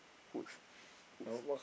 foods foods